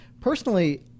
Personally